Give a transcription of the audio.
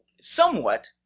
somewhat